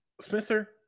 Spencer